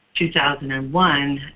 2001